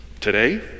today